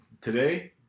today